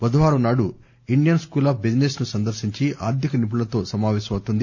బుధవారం నాడు Indian School of Business ను సందర్తించి ఆర్థిక నిపుణులతో సమావేశమవుతుంది